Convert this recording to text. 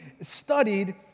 studied